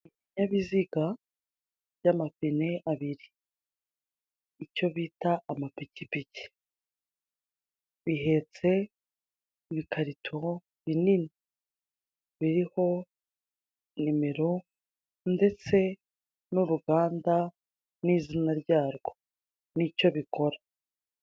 Ibinyabiziga by'amapine abiri, icyo bita amapikipiki. Bihetse ibikarito binini biriho nimero ndetse n'uruganda n'izina ryarwo n'icyo bikora.